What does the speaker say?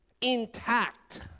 intact